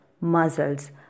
muscles